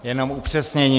Jenom upřesnění.